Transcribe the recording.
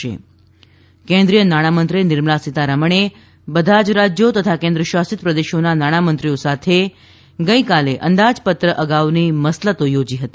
ઃ કેન્દ્રીય નાણાંમંત્રી નિર્મલા સીતારમણે બધા જ રાજ્યો તથા કેન્દ્ર શાસિત પ્રદેશોના નાણામંત્રીઓ સાથે ગઈકાલે અંદાજપત્ર અગાઉની મસલતો યોજી હતી